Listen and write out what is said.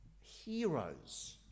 Heroes